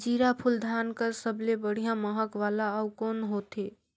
जीराफुल धान कस सबले बढ़िया महक वाला अउ कोन होथै?